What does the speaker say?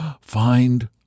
find